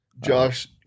Josh